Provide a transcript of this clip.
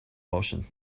motion